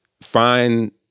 find